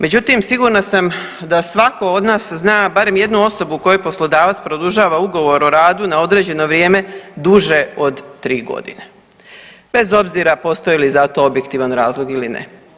Međutim, sigurna sam da svatko od nas zna barem jednu osobu kojoj poslodavac produžava Ugovor o radu na određeno vrijeme duže od 3.g. bez obzira postoji li za to objektivan razlog ili ne.